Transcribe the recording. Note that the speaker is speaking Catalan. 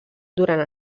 durant